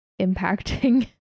impacting